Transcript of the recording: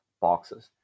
boxes